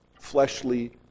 fleshly